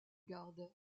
garde